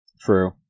True